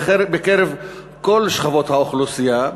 בקרב כל שכבות האוכלוסייה,